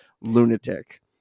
lunatic